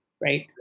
right